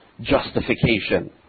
justification